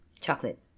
Chocolate